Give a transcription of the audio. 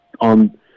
on